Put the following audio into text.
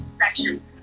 section